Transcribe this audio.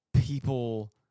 people